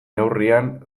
neurrian